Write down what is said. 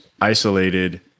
isolated